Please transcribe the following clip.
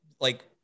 like-